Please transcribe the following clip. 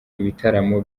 ibitaramo